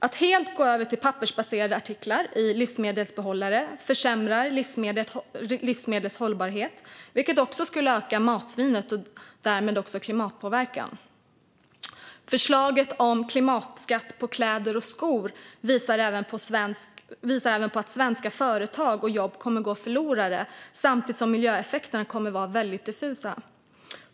Att helt gå över till pappersbaserade livsmedelsbehållare försämrar livsmedlets hållbarhet, vilket också skulle öka matsvinnet och därmed också klimatpåverkan. Klimatskatt på kläder och skor innebär att svenska företag och jobb går förlorade samtidigt som miljöeffekterna är väldigt diffusa.